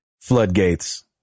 floodgates